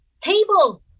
table